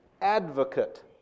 advocate